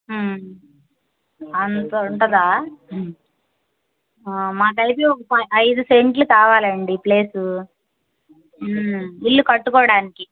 అంత ఉంటుందా మాకు అయితే ఒక పై ఐదు సెంట్లు కావాలండి ప్లేసు ఇల్లు కట్టుకోవడానికి